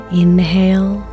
inhale